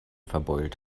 verbeult